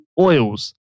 Oils